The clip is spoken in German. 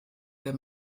der